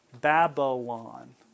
Babylon